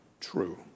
true